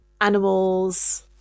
animals